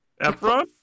Efron